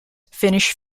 finish